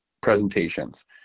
presentations